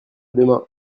demain